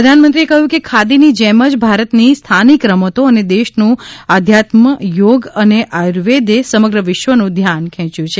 પ્રધાનમંત્રીએ કહ્યું કે ખાદીની જેમ જ ભારતની સ્થાનીક રમતો અને દેશનું આધ્યાત્મ થોગ અને આયુર્વેદે સમગ્ર વિશ્વનું ધ્યાન ખેંચ્યું છે